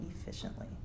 efficiently